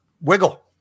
Wiggle